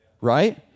right